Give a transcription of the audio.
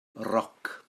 roc